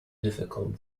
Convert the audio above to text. difficult